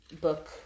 book